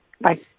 Bye